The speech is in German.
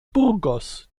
burgos